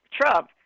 Trump